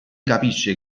capisce